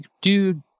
dude